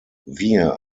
wir